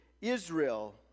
Israel